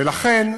ולכן,